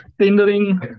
Tendering